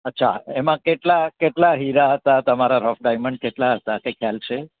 અચ્છા એમાં કેટલાં કેટલાં હીરા હતાં તમારા રફ ડાયમંડ કેટલાં હતાં કંઈ ખ્યાલ છે